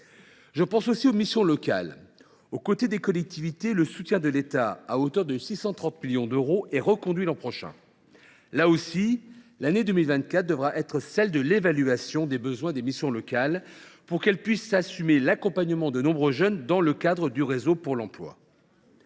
Je pense aussi aux missions locales : aux côtés des collectivités, le soutien de l’État, à hauteur de 630 millions d’euros, est reconduit l’an prochain. Là encore, l’année 2024 devra être celle de l’expertise des besoins des missions locales, afin qu’elles puissent assurer l’accompagnement de nombreux jeunes dans le cadre du réseau pour l’emploi.